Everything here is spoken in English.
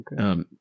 Okay